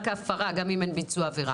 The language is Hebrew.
רק ההפרה, גם אם אין ביצוע עבירה.